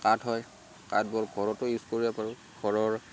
কাঠ হয় কাঠবোৰ ঘৰতো ইউজ কৰিব পাৰোঁ ঘৰৰ